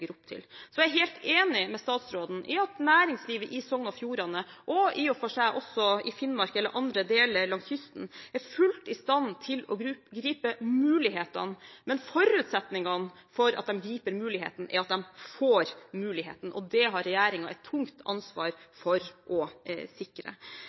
opp til. Så er jeg helt enig med statsråden i at næringslivet i Sogn og Fjordane og i og for seg også i Finnmark eller andre deler langs kysten er fullt i stand til å gripe mulighetene. Men forutsetningen for at de griper muligheten, er at de får muligheten, og det har regjeringen et tungt